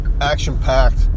action-packed